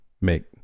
make